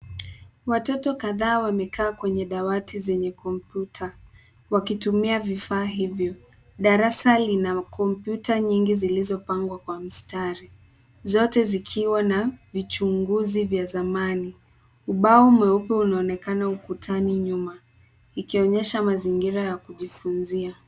Watoto kadhaa wamekaa kwenye dawati zenye kompyuta wakitumia vifaa hivyo. Darasa lina kompyuta nyingi zilizopangwa kwa mstari. Zote zikiwa na vichuguzi vya zamani. Ubao mweupe unaonekana ukutani nyuma ikionyesha mazingira ya kujifunzia.